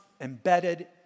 embedded